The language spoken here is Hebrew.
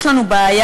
יש לנו בעיה,